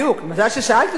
מזל ששאלת אותי גם,